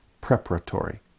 preparatory